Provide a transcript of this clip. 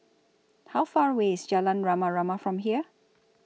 How Far away IS Jalan Rama Rama from here